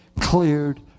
cleared